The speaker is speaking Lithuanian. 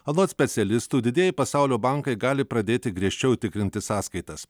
anot specialistų didieji pasaulio bankai gali pradėti griežčiau tikrinti sąskaitas